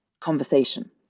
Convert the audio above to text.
conversation